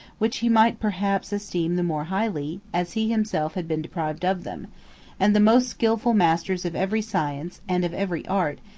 which he might perhaps esteem the more highly, as he himself had been deprived of them and the most skilful masters of every science, and of every art,